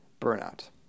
Burnout